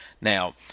Now